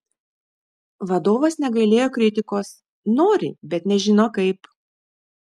vadovas negailėjo kritikos nori bet nežino kaip